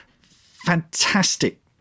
fantastic